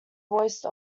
voice